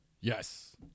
yes